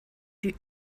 die